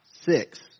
six